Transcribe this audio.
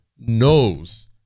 knows